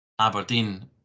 Aberdeen